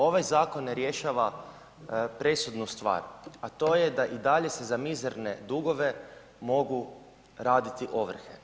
Ovaj zakon ne rješava presudnu stvar, a to je da i dalje se za mizerne dugove mogu raditi ovrhe.